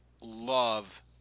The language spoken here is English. love